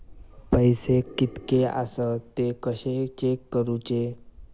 पैसे कीतके आसत ते कशे चेक करूचे?